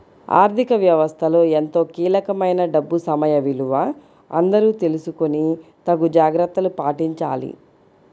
ఆర్ధిక వ్యవస్థలో ఎంతో కీలకమైన డబ్బు సమయ విలువ అందరూ తెలుసుకొని తగు జాగర్తలు పాటించాలి